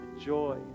joy